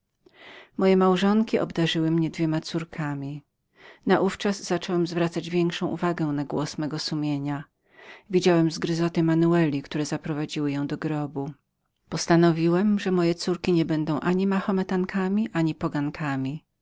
moje małżonki obdarzyły mnie dwoma córkami naówczas zacząłem zwracać większą uwagę na głos mego sumienia widziałem zgryzoty manueli które zaprowadziły ją do grobu postanowiłem że moje córki nie będą ani mahometankami ani pogankami